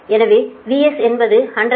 எனவே VS என்பது 101